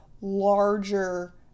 larger